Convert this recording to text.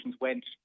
went